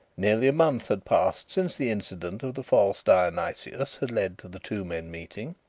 nearly a month had passed since the incident of the false dionysius had led to the two men meeting.